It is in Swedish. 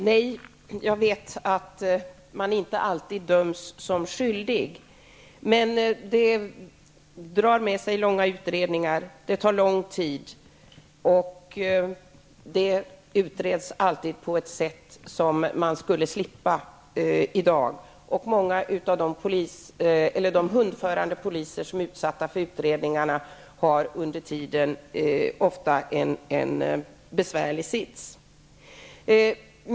Nej, jag vet att hundföraren inte alltid döms som skyldig, men det blir fråga om långa utredningar som man borde slippa, och de hundförande poliser som är utsatta för utredningarna har under tiden ofta en besvärlig sits.